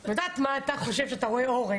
אני יודעת מה אתה חושב כשאתה רואה עץ אורן,